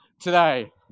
today